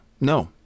No